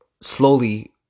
slowly